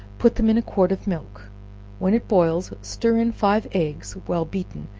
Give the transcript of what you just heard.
put them in a quart of milk when it boils stir in five eggs well beaten,